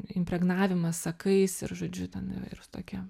impregnavimas sakais ir žodžiu ten įvairūs tokie